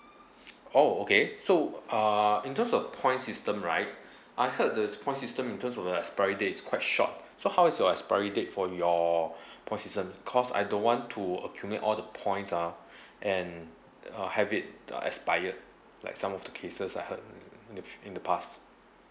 oh okay so uh in terms of point system right I heard the point system in terms of the expiry date is quite short so how is your expiry date for your point system cause I don't want to accumulate all the points ah and uh have it uh expired like some of the cases I heard in the in the past